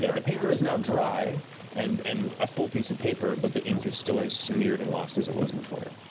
yeah the paper is now dry and and a full piece of paper, but the ink is still as smeared and lost as it was before.